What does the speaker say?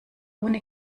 ohne